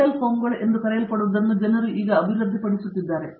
metal ಫೋಮ್ಗಳು ಎಂದು ಕರೆಯಲ್ಪಡುವುದನ್ನು ಜನರು ಈಗ ಅಭಿವೃದ್ಧಿಪಡಿಸುತ್ತಿದ್ದಾರೆ